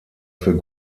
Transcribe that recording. für